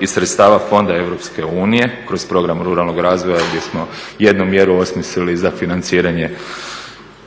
i sredstava fonda EU kroz program ruralnog razvoja gdje smo jednu mjeru osmislili za financiranje